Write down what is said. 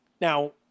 Now